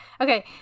Okay